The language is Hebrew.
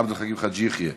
עבד אל חכים חאג' יחיא,